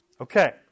Okay